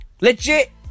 Legit